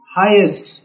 highest